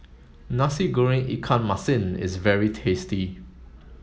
Nasi Goreng Ikan Masin is very tasty